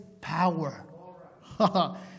power